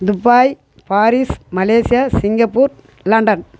Dubai Paris Malaysia Singapore London